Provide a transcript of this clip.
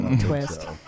twist